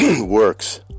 works